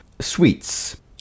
sweets